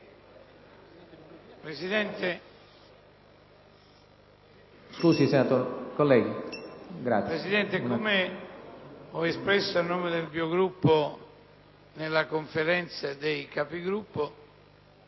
Presidente, come ho dichiarato a nome del mio Gruppo nella Conferenza dei Capigruppo,